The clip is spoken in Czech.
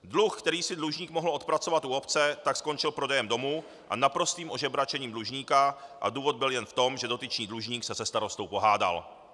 Dluh, který si dlužník mohl odpracovat u obce, tak skončil prodejem domu a naprostým ožebračením dlužníka a důvod byl jen v tom, že dotyčný dlužník se se starostou pohádal.